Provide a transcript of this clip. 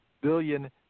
billion